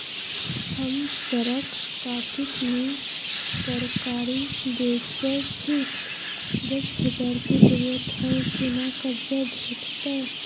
हम सरक कातिक में तरकारी बेचै छी, दस हजार के जरूरत हय केना कर्जा भेटतै?